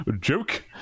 joke